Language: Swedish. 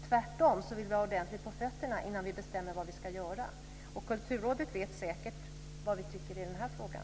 Tvärtom vill vi ha ordentligt på fötterna innan vi bestämmer vad vi ska göra. Och Kulturrådet vet säkert vad vi tycker i den här frågan.